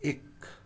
एक